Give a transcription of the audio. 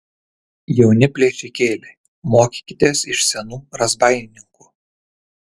jauni plėšikėliai mokykitės iš senų razbaininkų